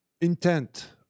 intent